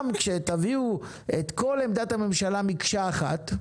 כשתביאו את כל עמדת הממשלה מקשה אחת,